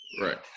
Right